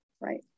Right